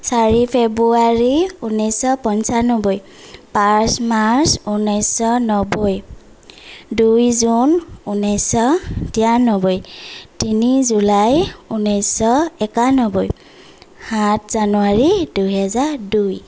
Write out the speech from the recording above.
চাৰি ফেব্ৰুৱাৰী ঊনৈছশ পঞ্চানব্বৈ পাঁচ মাৰ্চ ঊনৈছশ নব্বৈ দুই জুন ঊনৈছশ তিৰানব্বৈ তিনি জুলাই ঊনৈছশ একানব্বৈ সাত জানুৱাৰী দুই হেজাৰ দুই